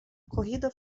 corrida